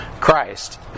Christ